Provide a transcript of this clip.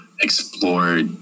explore